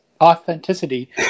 authenticity